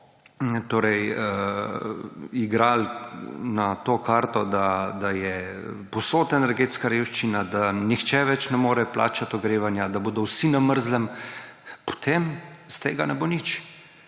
igrali na to karto, da je povsod energetska revščina, da nihče več ne more plačevati ogrevanja, da bodo vsi na mrzlem, potem iz tega ne bo nič.